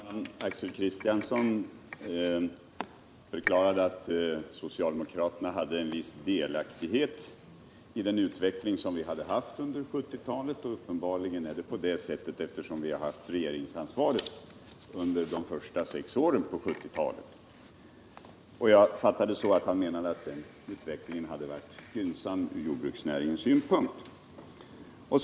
Herr talman! Axel Kristiansson förklarade att socialdemokraterna haft en viss delaktighet i den utveckling som vi noterat under 1970-talet. Uppenbarligen är det på det sättet, eftersom vi hade regeringsansvaret under de sex första åren på 1970-talet. Jag fattade det så att Axel Kristiansson ansåg att utvecklingen hade varit gynnsam ur jordbruksnäringens synvinkel.